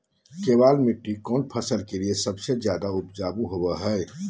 केबाल मिट्टी कौन फसल के लिए सबसे ज्यादा उपजाऊ होबो हय?